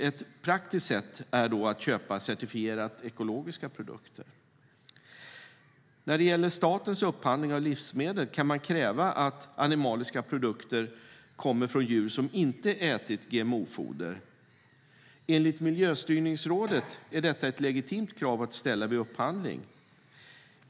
Ett praktiskt sätt är då att köpa certifierat ekologiska produkter. När det gäller statens upphandling av livsmedel kan man kräva att animaliska produkter kommer från djur som inte har ätit GMO-foder. Enligt Miljöstyrningsrådet är detta ett legitimt krav att ställa vid upphandling.